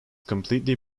completely